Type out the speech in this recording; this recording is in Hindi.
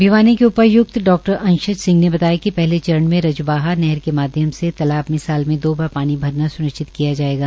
भिवानी के उपाय्क्त डॉ अंशज सिंह ने बताया कि पहले चरण में रजबाहा नहर के माध्यम से तालाब में साल में दो बार पानी भरना सुनिश्चित किया जाएगा